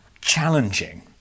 challenging